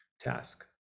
task